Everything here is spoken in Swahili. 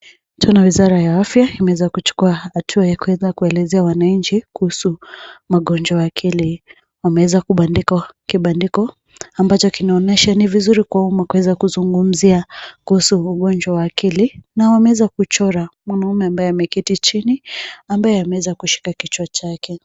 Tuna wizara ya afya, imeweza kuchukua hatua ya kuweza kuelezea wananchi kuhusu magonjwa ya akili. Wameweza kubandika vibandiko, ambacho kinaonesha ni vizuri kwa wema wa kuweza kuzungumzia kuhusu ugonjwa wa akili na wameweza kuchora mwanaume ambaye ameketi chini ambaye ameweza kushika kichwa chake.